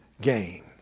game